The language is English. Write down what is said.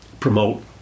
promote